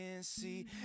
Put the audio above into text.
see